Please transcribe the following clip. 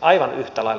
aivan yhtä lailla